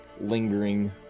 lingering